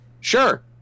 sure